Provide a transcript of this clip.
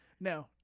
No